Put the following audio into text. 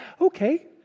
Okay